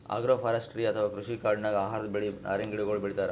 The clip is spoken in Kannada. ಅಗ್ರೋಫಾರೆಸ್ಟ್ರಿ ಅಥವಾ ಕೃಷಿ ಕಾಡಿನಾಗ್ ಆಹಾರದ್ ಬೆಳಿ, ನಾರಿನ್ ಗಿಡಗೋಳು ಬೆಳಿತಾರ್